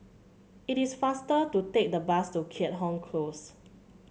it is faster to take the bus to Keat Hong Close